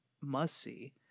must-see